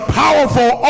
powerful